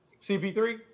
CP3